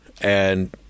and-